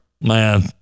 Man